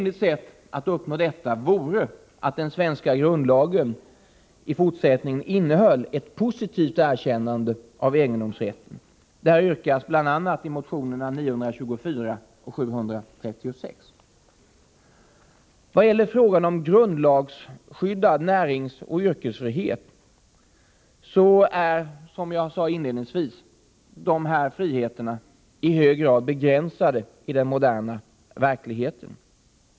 I vad gäller frågan om grundlagsreglerad näringsoch yrkesfrihet är dessa friheter, som jag inledningsvis sade, begränsade i den moderna verkligheten.